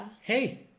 Hey